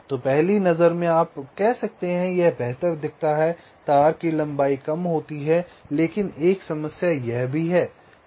तो पहली नज़र में आप कह सकते हैं कि यह बेहतर दिखता है तार की लंबाई कम होती है लेकिन एक समस्या यह भी है